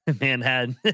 Manhattan